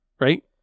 right